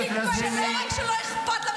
על כל חבר כנסת מהימין שקצת אומר משהו שפוגע במולך,